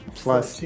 plus